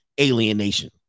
alienation